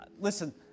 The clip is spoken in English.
listen